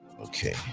okay